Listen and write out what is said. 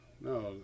No